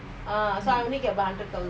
err so I only get one hundred